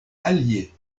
alliées